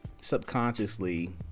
subconsciously